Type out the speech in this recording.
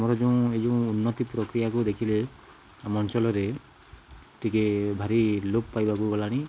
ଆମର ଯେଉଁ ଏ ଯେଉଁ ଉନ୍ନତି ପ୍ରକ୍ରିୟାକୁ ଦେଖିଲେ ଆମ ଅଞ୍ଚଳରେ ଟିକେ ଭାରି ଲୋପ୍ ପାଇବାକୁ ଗଲାଣି